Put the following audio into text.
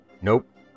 Nope